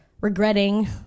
regretting